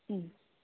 হুম